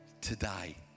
today